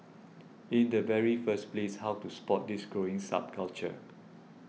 in the very first place how to spot this growing subculture